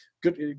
good